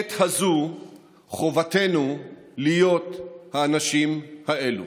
בעת הזאת חובתנו להיות האנשים האלה.